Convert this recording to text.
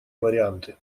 варианты